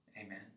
Amen